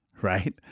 right